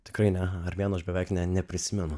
tikrai ne ar vien už beveik neprisimenu